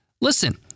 Listen